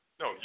no